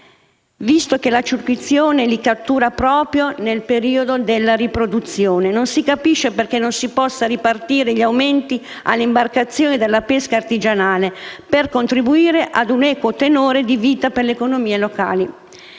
Visto che la circuizione li cattura proprio nel periodo della riproduzione, non si capisce perché non si possano ripartire gli aumenti alle imbarcazioni della pesca artigianale per "contribuire ad un equo tenore di vita per le economie locali".